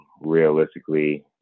realistically